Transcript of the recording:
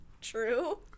True